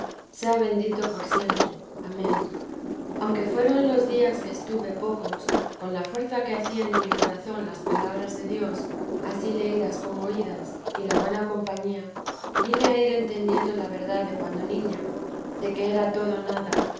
sea bendito por siempre amén aunque fueron los días que estuve pocos con la fuerza que hacían en mi corazón las palabras de dios ansí leídas como oídas y la buena compañía vine a ir entendiendo ia verdad de cuando niña de que era todo nada